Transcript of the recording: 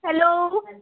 hello